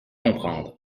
comprendre